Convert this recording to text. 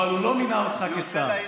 אבל הוא לא מינה אותך לשר.